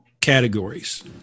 categories